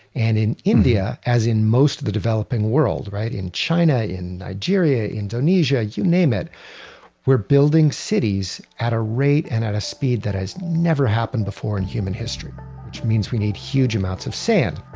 and in india, as in most of the developing world, right? in china, in nigeria, in indonesia, you name it we're building cities at a rate and at a speed that has never happened before in human history which means we need huge amounts of sand